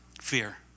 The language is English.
Fear